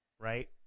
Right